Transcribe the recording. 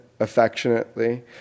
affectionately